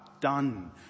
done